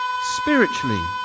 spiritually